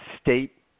State